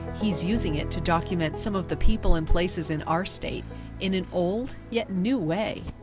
he's using it to document some of the people and places in our state in an old yet new way.